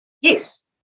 Yes